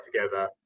together